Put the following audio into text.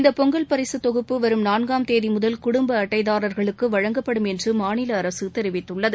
இந்த பொங்கல் பரிசு தொகுப்பு வரும் நான்காம் தேதி முதல் குடும்ப அட்டைதாரர்களுக்கு வழங்கப்படும் என்று மாநில அரசு தெரிவித்துள்ளது